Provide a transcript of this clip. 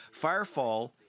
Firefall